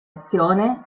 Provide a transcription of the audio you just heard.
azione